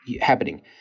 happening